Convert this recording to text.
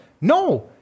no